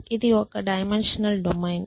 ఇది ఒక dimensional domain